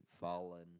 fallen